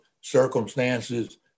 circumstances